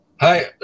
Hi